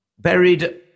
buried